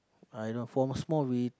I no from small we